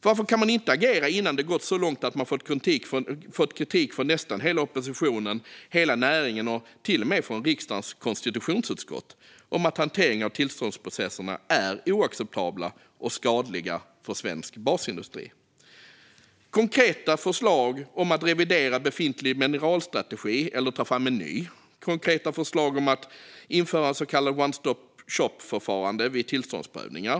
Varför kan man inte agera innan det gått så långt att man fått kritik från nästan hela oppositionen, hela näringen och till och med riksdagens konstitutionsutskott om att hanteringen av tillståndsprocesserna är oacceptabla och skadliga för svensk basindustri? Det finns konkreta förslag om att revidera befintlig mineralstrategi eller ta fram en ny. Det finns konkreta förslag om att införa ett så kallat one-stop-shop-förfarande vid tillståndsprövningar.